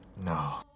No